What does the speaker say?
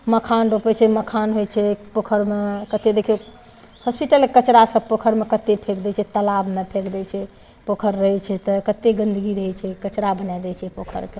मखान रोपै छै मखान होइ छै पोखरिमे कतेक देखियौ हॉस्पिटलके कचड़ा सब पोखरिमे कतेक फेक दै छै तलाबमे फेक दै छै पोखरि रहै छै तऽ कतेक गंदगी रहै छै कचड़ा बनाय दै छै पोखरिके